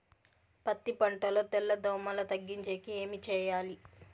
పత్తి పంటలో తెల్ల దోమల తగ్గించేకి ఏమి చేయాలి?